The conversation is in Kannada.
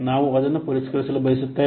ನಾವು ಅದನ್ನು ಪರಿಷ್ಕರಿಸಲು ಬಯಸುತ್ತೇವೆ